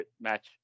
match